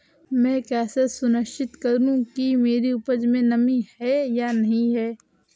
मैं कैसे सुनिश्चित करूँ कि मेरी उपज में नमी है या नहीं है?